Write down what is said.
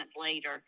later